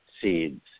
seeds